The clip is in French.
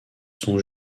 sont